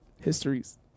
histories